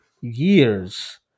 years